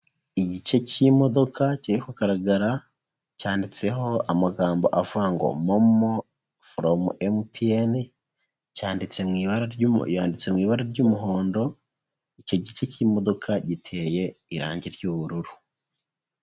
Igice cy'imodoka kiri kugaragara cyanditseho amagambo avuga ngo momo foromu mtn cyanditse mu ibara mu ibara ry'umuhondo icyo gice cy'imodoka giteye irangi ry'ubururu.